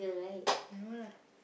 no lah